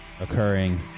occurring